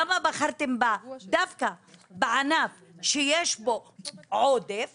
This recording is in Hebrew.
למה בחרתם דווקא בענף שיש בו עודף